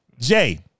Jay